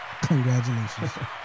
Congratulations